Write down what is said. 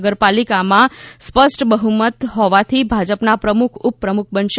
નગરપાલિકામાં સ્પષ્ટ બહ્મત હોવાથી ભાજપાના પ્રમુખ ઉપપ્રમુખ બનશે